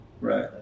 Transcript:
Right